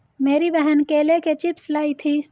मेरी बहन केले के चिप्स लाई थी